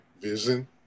Vision